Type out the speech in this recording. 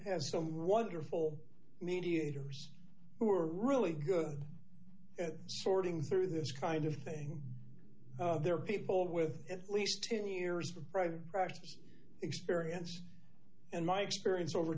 has some wonderful mediators who are really good at sorting through this kind of thing there are people with at least two years for private practice experience and my experience over